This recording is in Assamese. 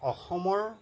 অসমৰ